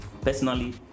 personally